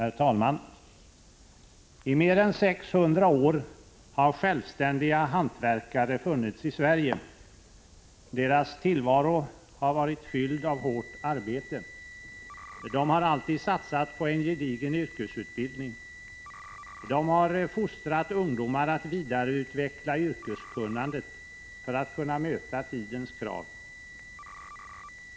Herr talman! I mer än 600 år har självständiga hantverkare funnits i Sverige. Deras tillvaro har varit fylld av hårt arbete. De har alltid satsat på en gedigen yrkesutbildning. De har fostrat ungdomar att vidareutveckla yrkeskunnandet för att kunna möta tidens krav.